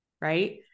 right